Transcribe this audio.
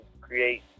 create